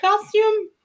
costume